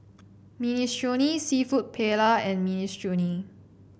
Minestrone seafood Paella and Minestrone